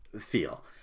feel